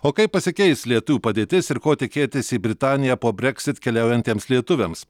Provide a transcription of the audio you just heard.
o kaip pasikeis lietuvių padėtis ir ko tikėtis į britaniją po breksit keliaujantiems lietuviams